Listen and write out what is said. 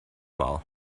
ball